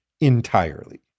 entirely